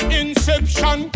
inception